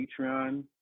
patreon